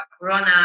corona